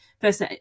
First